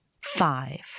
five